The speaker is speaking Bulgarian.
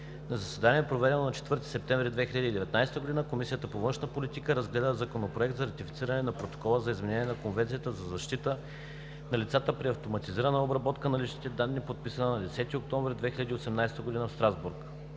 На заседание, проведено на 4 септември 2019 г., Комисията по външна политика разгледа Законопроект за ратифициране на Протоколa за изменение на Конвенцията за защита на лицата при автоматизираната обработка на лични данни, подписан на 10 октомври 2018 г. в Страсбург.